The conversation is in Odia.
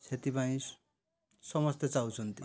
ସେଥିପାଇଁ ସମସ୍ତେ ଚାହୁଛନ୍ତି